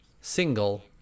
single